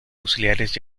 auxiliares